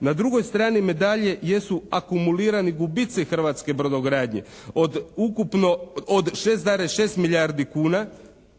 Na drugoj strani medalje jesu akumulirani gubici hrvatske brodogradnje od ukupno, od 6,6 milijardi kuna